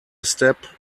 step